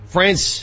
France